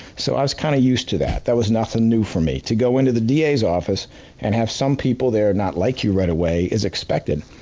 so, i was kind of used to that, that was nothing new for me. to go into the da's office and have some people there not like you right away is expected.